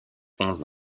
onze